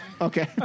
Okay